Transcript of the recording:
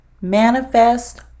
Manifest